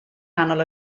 nghanol